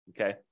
okay